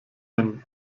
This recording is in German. ein